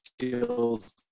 skills